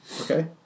Okay